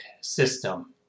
system